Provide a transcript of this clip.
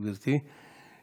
גברתי,